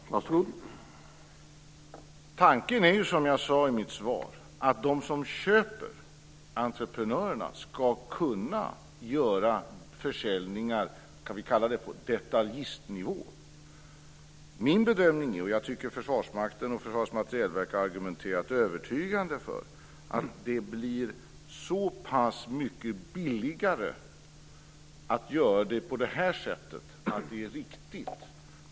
Herr talman! Tanken är som jag sade tidigare att de som köper, entreprenörerna, ska kunna göra försäljningar på detaljistnivå. Min bedömning är - och jag tycker att Försvarsmakten och Försvarets materielverk har argumenterat övertygande för detta - att det blir så pass mycket billigare att göra så.